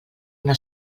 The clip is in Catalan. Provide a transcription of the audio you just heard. una